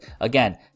again